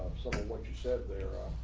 some of what you said there.